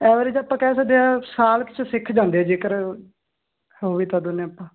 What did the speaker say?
average ਆਪਾਂ ਕਹਿ ਸਕਦੇ ਆ ਸਾਲ ਕੁ 'ਚ ਸਿੱਖ ਜਾਂਦੇ ਆ ਜੇਕਰ ਹੋਵੇ ਤਾਂ ਦੋਨੇ ਆਪਾਂ